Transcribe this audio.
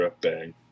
bang